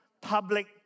public